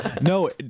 No